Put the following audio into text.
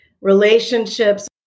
relationships